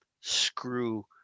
screw